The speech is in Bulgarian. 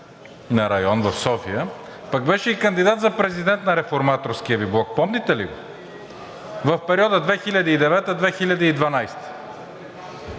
на район в София, пък беше и кандидат за президент на Реформаторския Ви блок. Помните ли го, в периода 2009 – 2012